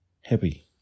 happy